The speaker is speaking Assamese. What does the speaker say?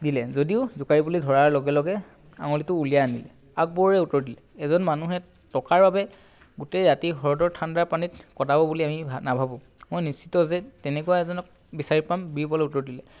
দিলে যদিও জোকাৰিবলৈ ধৰাৰ লগে লগে আঙুলিটো উলিয়াই আনিলে আকবৰে উত্তৰ দিলে এজন মানুহে টকাৰ বাবে গোটেই ৰাতি হ্ৰদৰ ঠাণ্ডা পানীত কটাব বুলি আমি নাভাবোঁ মই নিশ্চিত যে তেনেকুৱা এজনক বিচাৰি পাম বীৰবলে উত্তৰ দিলে